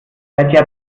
seit